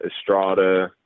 Estrada